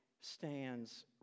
stands